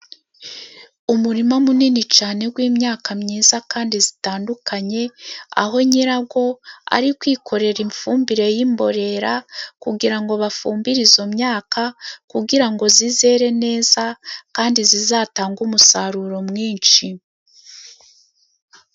Umurima munini cyane ,w'imyaka myiza kandi itandukanye , aho nyirago ari kwikorera ifumbire y'imborera kugira ngo bafumbire izo myaka kugira ngo izere neza kandi izatange umusaruro mwinshi.